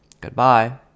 Goodbye